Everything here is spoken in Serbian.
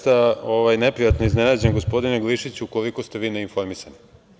Ja sam zaista neprijatno iznenađen, gospodine Glišiću, koliko ste vi neinformisani.